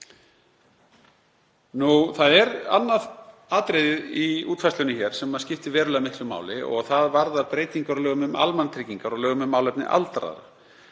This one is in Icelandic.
sín. Það er annað atriðið í útfærslunni hér sem skiptir verulega miklu máli og það varðar breytingar á lögum um almannatryggingar og lögum um málefni aldraðra.